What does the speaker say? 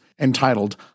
entitled